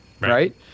right